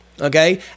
okay